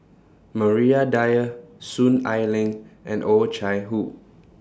Maria Dyer Soon Ai Ling and Oh Chai Hoo